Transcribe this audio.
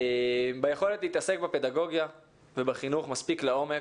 ביכולת להתעסק בפדגוגיה ובחינוך מספיק לעומק,